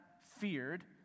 feared